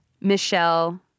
Michelle